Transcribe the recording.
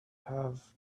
have